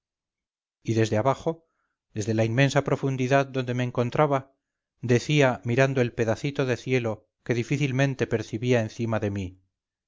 y desde abajo desde la inmensa profundidad donde me encontraba decía mirando el pedacito de cielo que difícilmente percibía encima de mí